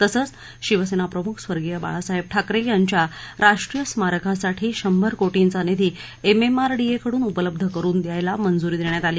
तसंच शिवसेना प्रमुख स्वर्गीय बाळासाहेब ठाकरे यांच्या राष्ट्रीय स्मारकासाठी शंभर कोटींचा निधी िििििििि आरडी उपलब्ध करुन द्यायला मंजुरी देण्यात आली